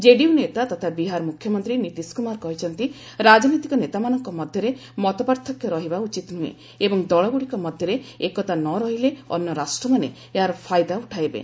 JDU ନେତା ତଥା ବିହାର ମୁଖ୍ୟମନ୍ତ୍ରୀ ନୀତିଶ କୁମାର କହିଛନ୍ତି ରାଜନୈତିକ ନେତାମାନଙ୍କ ମଧ୍ୟରେ ମତପାର୍ଥକ୍ୟ ରହିବା ଉଚିତ୍ ନୁହେଁ ଏବଂ ଦଳଗୁଡ଼ିକ ମଧ୍ୟରେ ଏକତା ନରହିଲେ ଅନ୍ୟ ରାଷ୍ଟ୍ରମାନେ ଏହାର ଫାଇଦା ଉଠାଇବେ